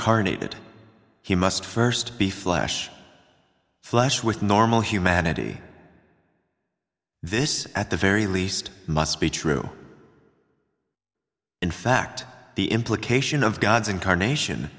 incarnated he must st be flash flush with normal humanity this at the very least must be true in fact the implication of god's incarnation